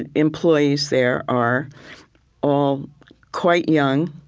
and employees there are all quite young,